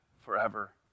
forever